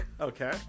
Okay